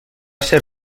ser